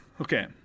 Okay